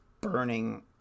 burning